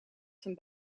zijn